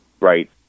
right